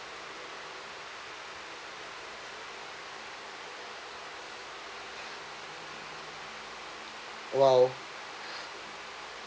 !wow!